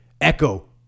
echo